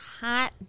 hot